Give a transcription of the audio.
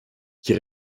die